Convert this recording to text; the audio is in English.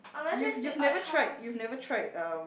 you've you've never tried you've never tried um